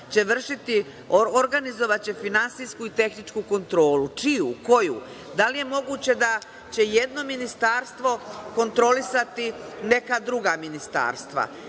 će organizovati finansijsku i tehničku kontrolu. Čiju? Koju? Da li je moguće da će jedno ministarstvo kontrolisati neka druga ministarstva?